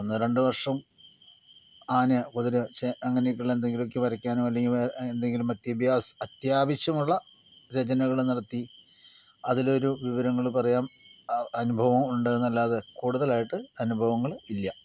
ഒന്ന് രണ്ട് വർഷം ആന കുതിര അങ്ങനെയൊക്കെയുള്ള എന്തെങ്കിലുമൊക്കെ വരയ്ക്കാനോ അല്ലെങ്കിൽ എന്തെങ്കിലും അത്യാവശ്യമുള്ള രചനകൾ നടത്തി അതിലൊരു വിവരങ്ങള് പറയാം ആ അനുഭവം ഉണ്ടെന്നല്ലാതെ കൂടുതലായിട്ട് അനുഭങ്ങള് ഇല്ല